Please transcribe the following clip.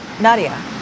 Nadia